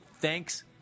thanks